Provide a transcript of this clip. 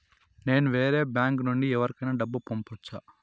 నేను వేరే బ్యాంకు నుండి ఎవరికైనా డబ్బు పంపొచ్చా?